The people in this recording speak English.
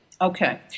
okay